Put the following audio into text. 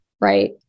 right